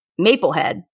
Maplehead